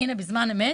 הנה בזמן אמת